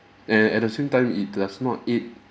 and at the same time it does not aid